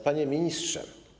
Panie Ministrze!